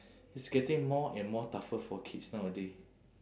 it's getting more and more tougher for kids nowadays